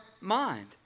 mind